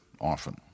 often